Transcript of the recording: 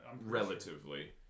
Relatively